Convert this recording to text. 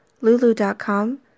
Lulu.com